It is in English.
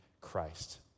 Christ